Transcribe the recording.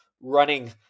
running